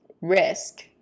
risk